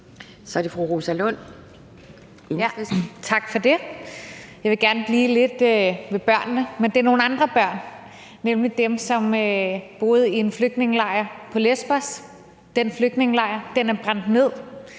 Kl. 11:18 Rosa Lund (EL): Tak for det. Jeg vil gerne blive lidt ved børnene, men det er nogle andre børn, nemlig dem, som boede i en flygtningelejr på Lesbos. Den flygtningelejr er brændt ned.